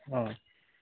অঁ